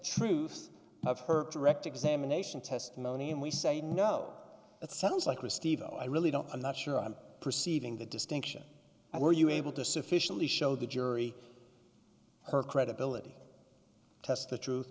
truth of her direct examination testimony and we say no that sounds like a steve i really don't i'm not sure i'm perceiving the distinction i were you able to sufficiently show the jury her credibility test the truth